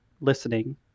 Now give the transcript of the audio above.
listening